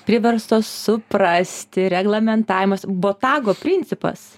priverstos suprasti reglamentavimas botago principas